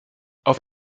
auf